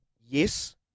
Yes